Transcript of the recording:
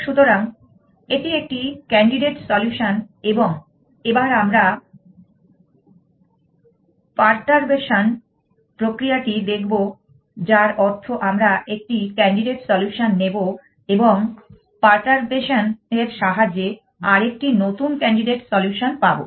সুতরাং এটি একটি ক্যান্ডিডেট সলিউশন এবং এবার আমরা পার্টারবেশন প্রক্রিয়াটি দেখব যার অর্থ আমরা একটি ক্যান্ডিডেট সলিউশন নেব এবং পার্টারবেশন এর সাহায্যে আরেকটি নতুন ক্যান্ডিডেট সলিউশন পাবো